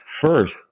first